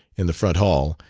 in the front hall,